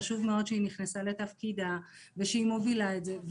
חשוב מאוד שהיא נכנסה לתפקידה ושהיא מובילה את זה.